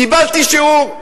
קיבלתי שיעור,